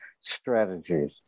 strategies